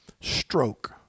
stroke